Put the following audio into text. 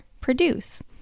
produce